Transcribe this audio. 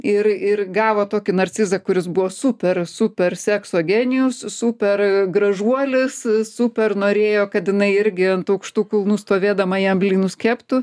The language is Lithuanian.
ir ir gavo tokį narcizą kuris buvo super super sekso genijus supergražuolis super norėjo kad jinai irgi ant aukštų kulnų stovėdama jam blynus keptų